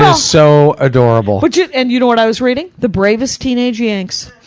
ah so adorable. but you and you know what i was reading? the bravest teenage yanks.